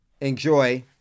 enjoy